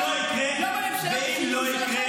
לא בממשלת השינוי שלכם ולא --- ואם לא יקרה?